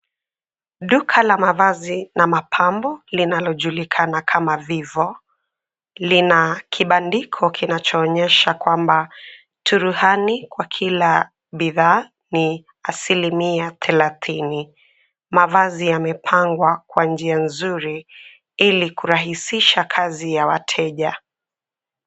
Duka la mavazi na mapambo linalojulikana kama Vivo lina kibandiko kinachoonyesha kwamba, turuhani kwa kila bidhaa ni asilimia thelathini. Mavazi yamepangwa kwa njia nzuri ili kurahisisha kazi ya wateja.